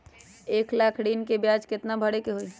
एक लाख ऋन के ब्याज केतना भरे के होई?